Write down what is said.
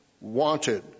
Wanted